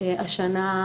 זה היה נושא של הכלכלה,